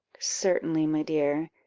certainly, my dear.